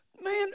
man